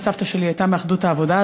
וסבתא שלי הייתה מאחדות העבודה,